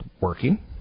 working